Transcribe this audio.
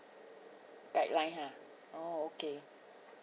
guideline ah oh okay